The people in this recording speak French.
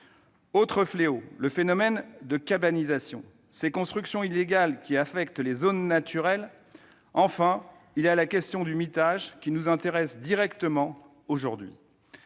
autre fléau a reçu le nom de « cabanisation »: il s'agit des constructions illégales qui affectent les zones naturelles. Enfin se pose la question du mitage, qui nous intéresse directement aujourd'hui.